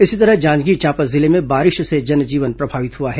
इसी तरह जांजगीर चांपा जिले में बारिश से जनजीवन प्रभावित हुआ है